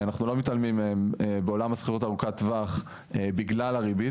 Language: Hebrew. אנחנו לא מתעלמים בעולם הזכירות ארוכת הטווח בגלל הריבית.